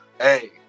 Hey